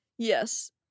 Yes